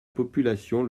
population